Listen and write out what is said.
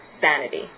sanity